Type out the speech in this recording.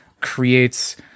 creates